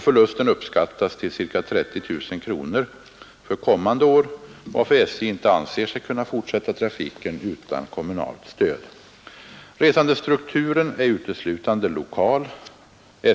Förlusten uppskattas till ca 30 000 kronor för kommande år, varför SJ inte anser sig kunna fortsätta trafiken utan kommunalt stöd. Resandestrukturen är uteslutande lokal.